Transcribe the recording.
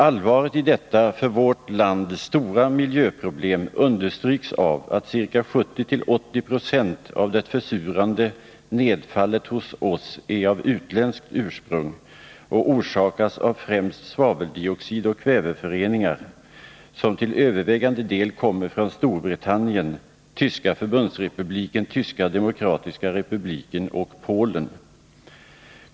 Allvaret i detta för vårt land stora miljöproblem understryks av att ca 70-80 20 av det försurande nedfallet hos oss är av utländskt ursprung och orsakas av främst svaveldioxid och kväveföreningar, som till övervägande del kommer från Storbritannien, Tyska förbundsrepubliken, Tyska Demokratiska republiken och Polen.